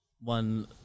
One